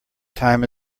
time